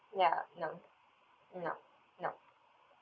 ya none no no